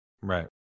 Right